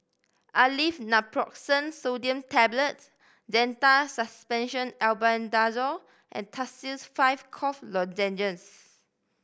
Aleve Naproxen Sodium Tablets Zental Suspension Albendazole and Tussils Five Cough Lozenges